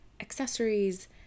accessories